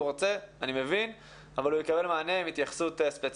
רוצה אבל הוא יקבל מענה עם התייחסות ספציפית.